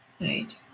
right